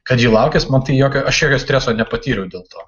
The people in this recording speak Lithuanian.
kad ji laukias man tai jokio aš jokio streso nepatyriau dėl to